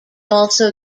also